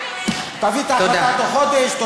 תביא את החלטה תוך חודש.